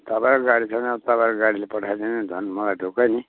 तपाईँको गाडी छ भने अब तपाईँको गाडीले पठाइदिनु नि झन् मलाई ढुक्कै नि